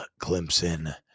Clemson